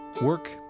work